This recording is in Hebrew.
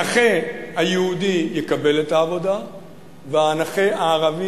הנכה היהודי יקבל את העבודה והנכה הערבי